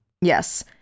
Yes